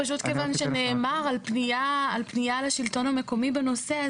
פשוט כיוון שנאמר על פנייה לשלטון המקומי בנושא הזה.